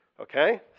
Okay